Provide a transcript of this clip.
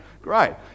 Great